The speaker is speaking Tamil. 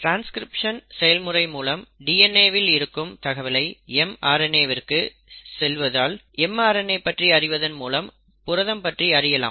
ட்ரான்ஸ்கிரிப்ஷன் செயல்முறை மூலம் DNA வில் இருக்கும் தகவல் mRNA விற்கு செல்வதால் mRNA பற்றி அறிவதன் மூலம் புரதம் பற்றி அறியலாம்